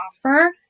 offer